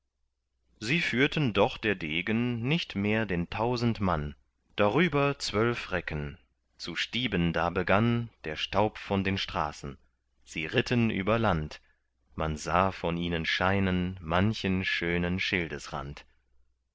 sie führten doch der degen nicht mehr denn tausend mann darüber zwölf recken zu stieben da begann der staub von den straßen sie ritten über land man sah von ihnen scheinen manchen schönen